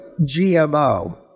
GMO